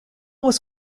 was